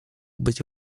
być